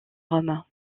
roms